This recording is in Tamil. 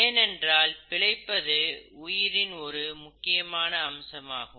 ஏனென்றால் பிழைத்திருப்பது உயிரின் ஒரு அம்சமாகும்